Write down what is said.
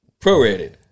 Prorated